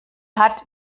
hat